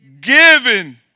given